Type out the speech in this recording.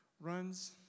Runs